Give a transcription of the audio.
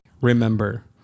remember